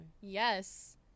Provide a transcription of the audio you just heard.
Yes